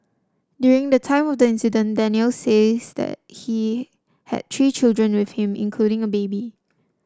during the time of the incident Daniel says that he had three children with him including a baby